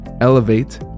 Elevate